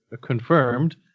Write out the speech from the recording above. confirmed